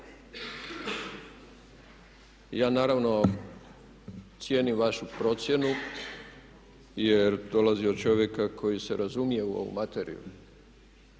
Ja naravno cijenim vašu procjenu jer dolazi od čovjeka koji se razumije u ovu materiju.